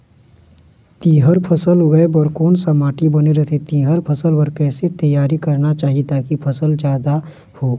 तुंहर फसल उगाए बार कोन सा माटी बने रथे तुंहर फसल बार कैसे तियारी करना चाही ताकि फसल जादा हो?